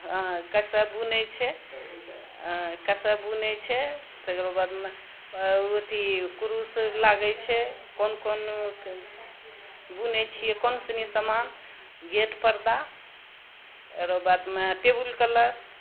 हँ कसय बुनै छै कसय बुनै छै तकर बादमे अथी कुरूस लागै छै कोन कोन बुनै छियै कोन सुनी समान गेट पर्दा ओकर बादमे टेबल क्लॉथ